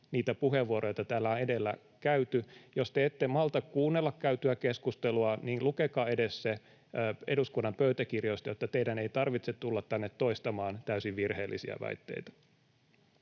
niitä puheenvuoroja, joita täällä on edellä käyty. Jos te ette malta kuunnella käytyä keskustelua, niin lukekaa se edes eduskunnan pöytäkirjoista, jotta teidän ei tarvitse tulla tänne toistamaan täysin virheellisiä väitteitä.